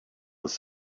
was